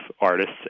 artists